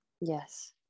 Yes